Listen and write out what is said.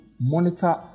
monitor